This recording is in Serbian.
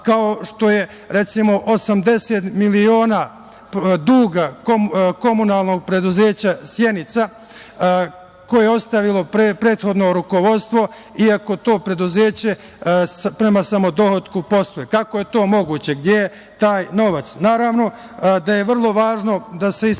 Kao što je, recimo, 80 miliona duga komunalnog preduzeća „Sjenica“ koje je ostavilo prethodno rukovodstvo, iako to preduzeće prema dohotku posluje. Kako je to moguće? Gde je taj novac? Naravno da je vrlo važno da se ispita